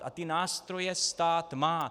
A ty nástroje stát má.